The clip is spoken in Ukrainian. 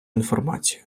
інформацію